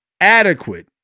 adequate